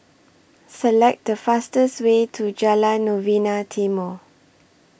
Select The fastest Way to Jalan Novena Timor